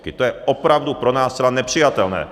To je opravdu pro nás zcela nepřijatelné.